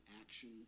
action